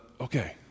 okay